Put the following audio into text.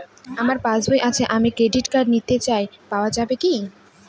আমার পাসবই আছে আমি ডেবিট কার্ড নিতে চাই পাওয়া যাবে কি?